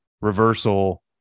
reversal